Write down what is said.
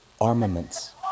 armaments